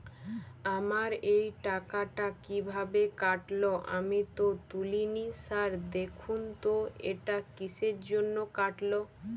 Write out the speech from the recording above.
আমার এই টাকাটা কীভাবে কাটল আমি তো তুলিনি স্যার দেখুন তো এটা কিসের জন্য কাটল?